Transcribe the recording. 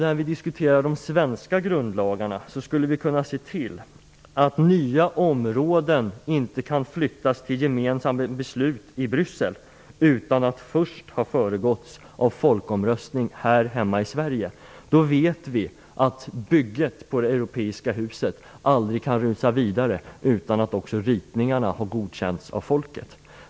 När vi diskuterar de svenska grundlagarna skulle vi kunna se till att nya områden inte kan flyttas till gemensamma beslut i Bryssel utan att de först har föregåtts av folkomröstning här hemma i Sverige. Då vet vi att bygget på det europeiska huset aldrig kan rusa vidare utan att också ritningarna har godkänts av folket.